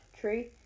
tree